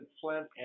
Flint